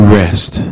rest